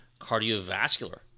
cardiovascular